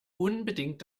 unbedingt